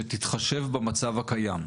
שתתחשב במצב הקיים.